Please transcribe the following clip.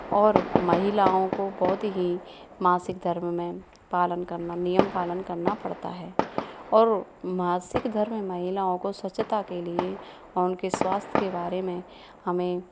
और महिलाओं को बहुत ही मासिक धर्म में पालन करना नियम पालन करना पड़ता है और मासिक धर्म महिलाओं को स्वच्छता के लिए और उन के स्वास्थ्य के बारे में हमें